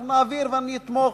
אנחנו נעביר ואני אתמוך,